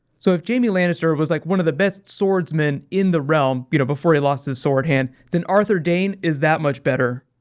so jaime lannister was like one of the best swordsmen in the realm, you know, before he lost his sword hand, then arthur dayne is that much better.